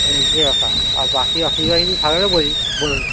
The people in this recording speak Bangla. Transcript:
এই ব্যাপার আর বাকি বলুন